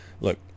look